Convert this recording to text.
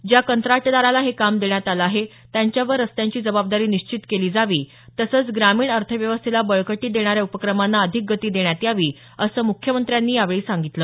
ज्या कंत्राटदाराला हे काम देण्यात आलं आहे त्यांच्यावर रस्त्यांची जबाबदारी निश्चित केली जावी तसंच ग्रामीण अर्थव्यवस्थेला बळकटी देणाऱ्या उपक्रमांना अधिक गती देण्यात यावी असं मुख्यमंत्र्यांनी यावेळी सांगितलं